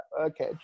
okay